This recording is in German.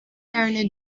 eine